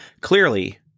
clearly